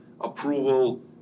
approval